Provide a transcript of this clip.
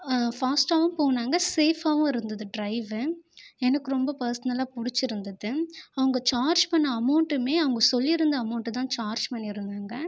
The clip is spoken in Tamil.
ஃபாஸ்ட்டாகவும் போனாங்க சேஃபாகவும் இருந்தது டிரைவ் எனக்கு ரொம்ப பர்ஸ்னலாக பிடிச்சிருந்துது அவங்க சார்ஜ் பண்ணிண அமௌண்ட்டும் அவங்க சொல்லியிருந்த அமௌண்ட் தான் சார்ஜ் பண்ணியிருந்தாங்க